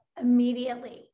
immediately